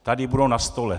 Tady budou na stole.